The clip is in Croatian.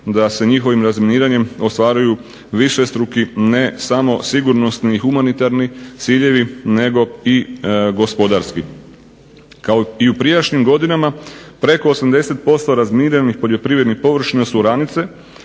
da se njihovim razminiranjem ostvaruju višestruki, ne samo sigurnosni i humanitarni ciljevi nego i gospodarski. Kao i u prijašnjim godinama preko 80% razminiranih poljoprivrednih površina su oranice,